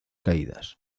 caídas